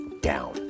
down